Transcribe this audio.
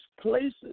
places